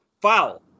foul